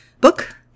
book